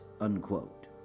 unquote